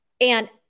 And-